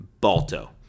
Balto